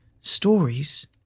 Stories